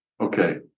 okay